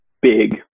big